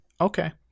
Okay